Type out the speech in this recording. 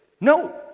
No